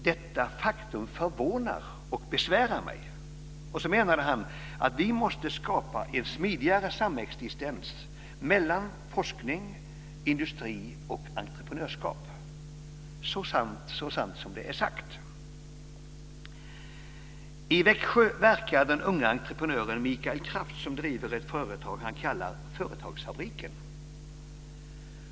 Detta faktum förvånar och besvärar mig, säger han och menar att vi måste skapa en smidigare samexistens mellan forskning, industri och entreprenörskap. Det är så sant som det är sagt! I Växjö verkar den unge entreprenören Mikael Kraft, som driver ett företag han kallar Företagsfabriken.